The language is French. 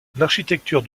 l’architecture